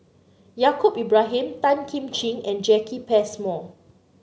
Yaacob Ibrahim Tan Kim Ching and Jacki Passmore